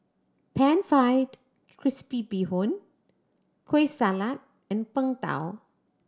Pan Fried Crispy Bee Hoon Kueh Salat and Png Tao